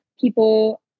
people